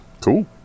Cool